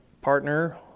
partner –